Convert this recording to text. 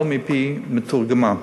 לא מפי מתורגמן.